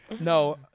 No